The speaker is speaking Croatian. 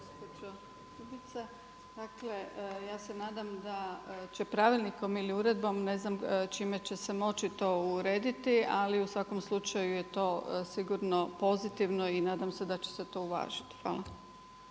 Dakle, ja se nadam da će pravilnikom ili uredbom, ne znam čime će se moći to urediti, ali u svakom slučaju je to sigurno pozitivno i nadam se da će se to uvažiti. Hvala.